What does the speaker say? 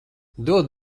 dod